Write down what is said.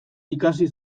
ikasi